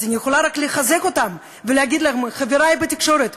אז אני יכולה רק לחזק אותם ולהגיד להם: חברי בתקשורת,